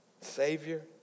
Savior